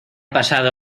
pasado